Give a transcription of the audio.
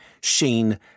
Sheen